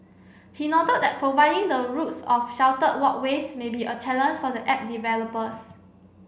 he noted that providing the routes of sheltered walkways may be a challenge for the app developers